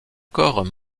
corps